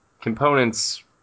Components